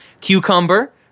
Cucumber